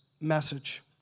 message